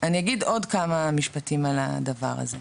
אני אגיד עוד כמה משפטים על הדבר הזה,